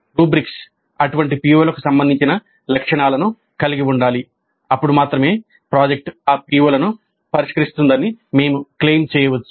rubrics చేయవచ్చు